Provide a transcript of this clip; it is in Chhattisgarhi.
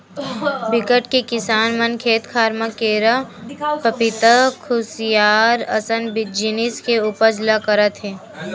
बिकट के किसान मन खेत खार म केरा, पपिता, खुसियार असन जिनिस के उपज ल करत हे